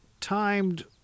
timed